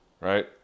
right